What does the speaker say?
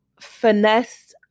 Finesse